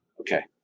Okay